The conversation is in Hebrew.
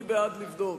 אני בעד לבדוק.